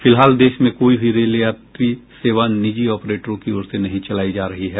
फिलहाल देश में कोई भी रेल यात्री सेवा निजी ऑपरेटरों की ओर से नहीं चलाई जा रही है